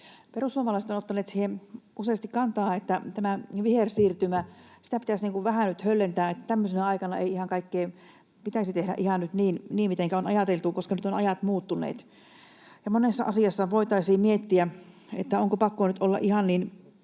Perussuomalaiset ovat ottaneet siihen useasti kantaa, että vihersiirtymää pitäisi vähän nyt höllentää ja että tämmöisenä aikana ei ihan kaikkea pitäisi tehdä niin, mitenkä on ajateltu, koska nyt ovat ajat muuttuneet. Monessa asiassa voitaisiin miettiä, onko pakko nyt ilmastoasioissa